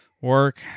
Work